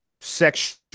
sexual